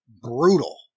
brutal